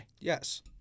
Yes